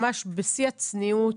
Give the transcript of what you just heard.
ממש בשיא הצניעות,